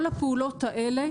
כל הפעולות האלה,